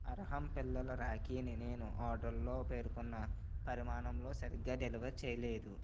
అర్హమ్ పిల్లల రాఖీని నేను ఆర్డర్లో పేర్కొన్న పరిమాణంలో సరిగ్గా డెలివర్ చెయ్యలేదు